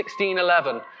16.11